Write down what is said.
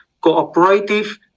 cooperative